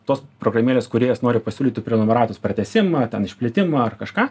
tos programėlės kūrėjas nori pasiūlyti prenumeratos pratęsimą ten išplėtimą ar kažką